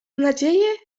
nadzieję